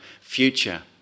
future